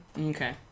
Okay